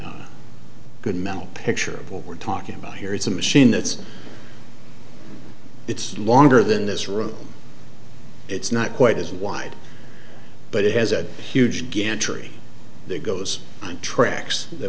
a good mental picture of what we're talking about here it's a machine that's it's longer than this room it's not quite as wide but it has a huge gantry there goes my tracks th